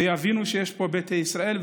ויבינו שיש פה ביתא ישראל,